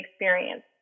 experience